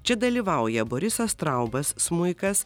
čia dalyvauja borisas traubas smuikas